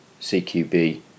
cqb